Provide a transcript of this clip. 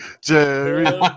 Jerry